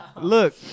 look